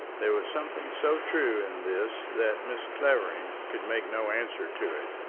there was something so true in this that mrs. clavering could make no answer to it.